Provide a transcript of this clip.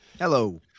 Hello